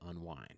unwind